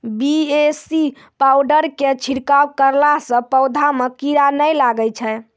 BAC powder के छिड़काव करला से पौधा मे कीड़ा नैय लागै छै?